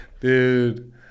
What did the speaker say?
Dude